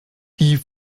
die